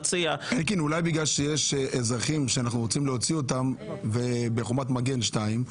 אולי בגלל שיש אזרחים שאנחנו רוצים להוציא אותם בחומת מגן 2?